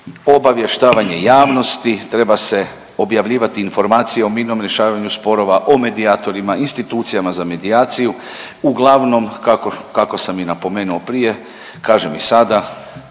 obavještavanje javnosti, treba se objavljivati informacije o mirnom rješavanju sporova, o medijatorima, institucijama za medijaciju, uglavnom kako, kako sam i napomenuo prije kažem i sada